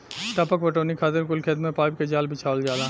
टपक पटौनी खातिर कुल खेत मे पाइप के जाल बिछावल जाला